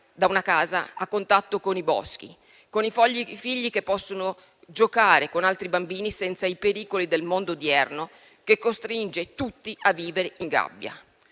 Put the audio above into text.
da una casa a contatto con i boschi, con i figli che possono giocare con altri bambini senza i pericoli del mondo odierno, che costringe tutti a vivere in gabbia.